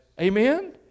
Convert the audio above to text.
amen